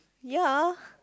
ya